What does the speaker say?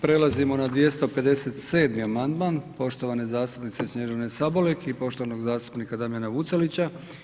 Prelazimo na 257. amandman poštovane zastupnice Snježane Sabolek i poštovanog zastupnika Damjana Vucelića.